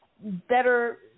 better